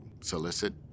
solicit